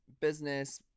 business